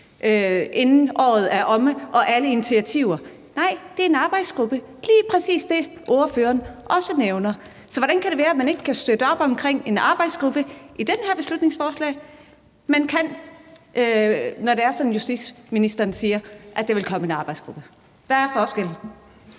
inden året er omme. Nej, det er en arbejdsgruppe, altså lige præcis det, ordføreren også nævner. Så hvordan kan det være, at man ikke kan støtte op om en arbejdsgruppe i det her beslutningsforslag, men kan støtte op, når det er sådan, at justitsministeren siger, at der vil komme en arbejdsgruppe? Hvad er forskellen?